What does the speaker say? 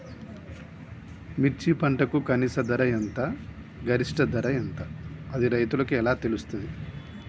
మిర్చి పంటకు కనీస ధర ఎంత గరిష్టంగా ధర ఎంత అది రైతులకు ఎలా తెలుస్తది?